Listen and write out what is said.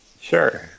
Sure